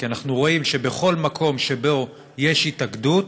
כי אנחנו רואים שבכל מקום שבו יש התאגדות,